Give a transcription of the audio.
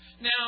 Now